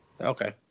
okay